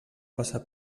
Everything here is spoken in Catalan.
passar